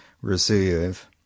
reserve